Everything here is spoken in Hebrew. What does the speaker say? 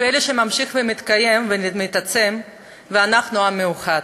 פלא שממשיך ומתקיים ומתעצם, ואנחנו עם מיוחד,